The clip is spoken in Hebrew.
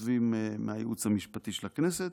כותבים מהייעוץ המשפטי של הכנסת,